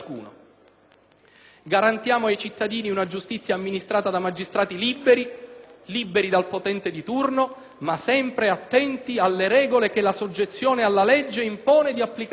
Garantiamo ai cittadini una giustizia amministrata da magistrati liberi dal potente di turno, ma sempre attenti alle regole che la soggezione alla legge impone di applicare e rispettare.